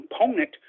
component